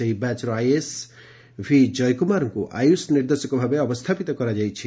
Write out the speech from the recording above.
ସେହି ବ୍ୟାଚ୍ର IAS V ଜୟକୁମାରଙ୍କୁ ଆୟୁଷ୍ ନିର୍ଦ୍ଦେଶକ ଭାବେ ଅବସ୍ରାପିତ କରାଯାଇଛି